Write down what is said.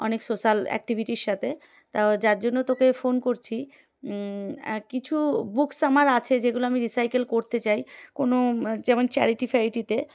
অনেক সোশ্যাল অ্যাক্টিভিটির সাথে তা যার জন্য তোকে ফোন করছি কিছু বুকস আমার আছে যেগুলো আমি রিসাইকেল করতে চাই কোনো যেমন চ্যারিটি ফ্যারিটিতে